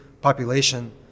population